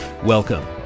Welcome